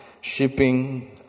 Shipping